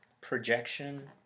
projection